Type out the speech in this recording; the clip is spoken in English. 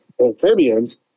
amphibians